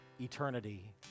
eternity